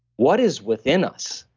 what is within us?